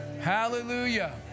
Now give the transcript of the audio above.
Hallelujah